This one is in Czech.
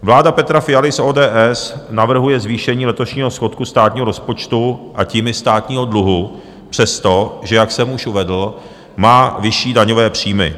Vláda Petra Fialy z ODS navrhuje zvýšení letošního schodku státního rozpočtu, a tím i státního dluhu, přestože, jak jsem už uvedl, má vyšší daňové příjmy.